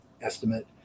estimate